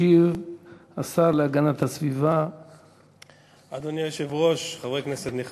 ברשות יושב-ראש הכנסת,